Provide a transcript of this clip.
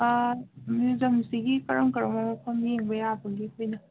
ꯃ꯭ꯌꯨꯖꯝꯁꯤꯒꯤ ꯀꯔꯝ ꯀꯔꯝꯕ ꯃꯐꯝ ꯌꯦꯡꯕ ꯌꯥꯕꯒꯤ ꯑꯩꯈꯣꯏꯅ